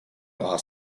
taha